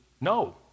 no